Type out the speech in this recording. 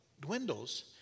dwindles